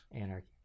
Anarchy